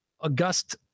august